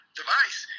device